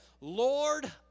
Lord